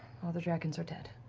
the dragons are dead.